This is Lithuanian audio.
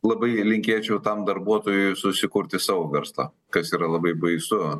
labai linkėčiau tam darbuotojui susikurti savo verslą kas yra labai baisu